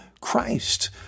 Christ